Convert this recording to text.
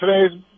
today's